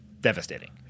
devastating